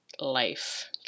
life